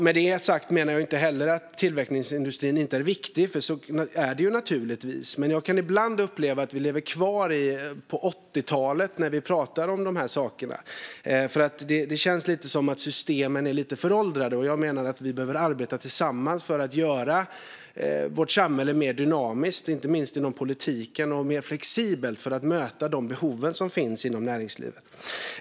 Med det menar jag inte att tillverkningsindustrin inte är viktig. Det är den naturligtvis. Men jag kan ibland uppleva att vi lever kvar på 80-talet när vi pratar om de här sakerna. Det känns lite som att systemen är lite föråldrade. Jag menar att vi behöver arbeta tillsammans för att göra vårt samhälle mer dynamiskt, inte minst inom politiken, och mer flexibelt för att möta de behov som finns inom näringslivet.